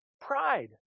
Pride